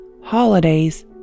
holidays